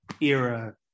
era